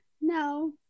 No